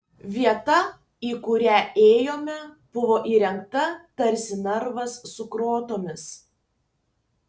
vieta į kurią ėjome buvo įrengta tarsi narvas su grotomis